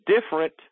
different